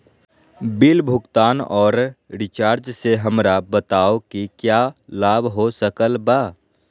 Bill भुगतान और recharge से हमरा बताओ कि क्या लाभ हो सकल बा?